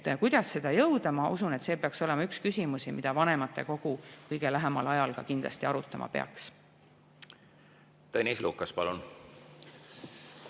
Kuidas selleni jõuda? Ma usun, et see peaks olema üks küsimusi, mida vanematekogu peaks kõige lähemal ajal kindlasti arutama. Tõnis Lukas, palun!